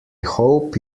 hope